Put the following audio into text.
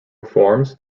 reforms